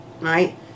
right